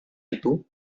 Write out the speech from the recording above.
itu